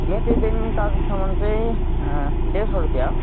मेटेलीदेखि चाल्सासम्म चाहिँ डेढ सौ रुपियाँ हो